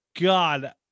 god